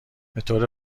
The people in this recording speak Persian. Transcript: بطور